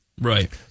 Right